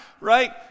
Right